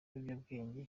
ibyangombwa